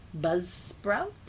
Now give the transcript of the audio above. Buzzsprout